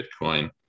Bitcoin